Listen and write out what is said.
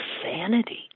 insanity